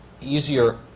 easier